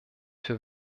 für